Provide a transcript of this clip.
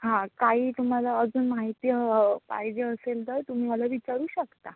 हां काही तुम्हाला अजून माहिती ह पाहिजे असेल तर तुम्ही मला विचारू शकता